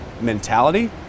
mentality